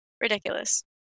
ridiculous